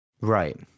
right